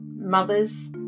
mothers